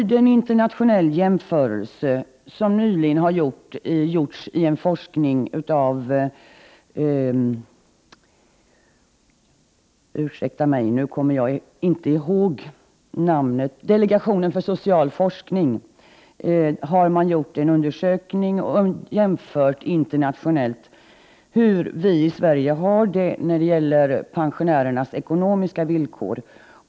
Delegationen för social forskning har nyligen i en undersökning gjort en internationell jämförelse av pensionärernas ekonomiska villkor.